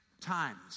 times